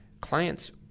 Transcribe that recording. clients